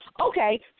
Okay